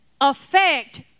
affect